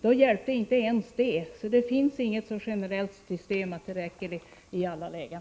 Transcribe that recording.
Då hjälpte inte ens det! Det finns inget så generellt system att det räcker i alla lägen.